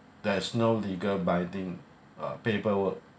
there is no legal binding uh paperwork